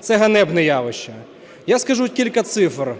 це ганебне явище. Я скажу кілька цифр.